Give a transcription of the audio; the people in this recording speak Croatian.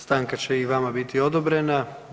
Stanka će i vama biti odobrena.